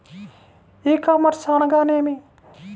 ఈ కామర్స్ అనగా నేమి?